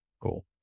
Cool